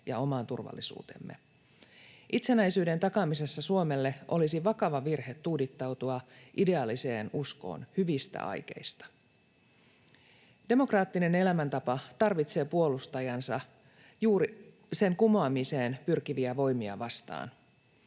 ja omaan turvallisuuteemme. Itsenäisyyden takaamisessa Suomelle olisi vakava virhe tuudittautua ideaaliseen uskoon hyvistä aikeista. Demokraattinen elämäntapa tarvitsee puolustajansa juuri sen kumoamiseen pyrkiviä voimia vastaan.